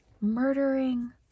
murdering